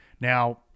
Now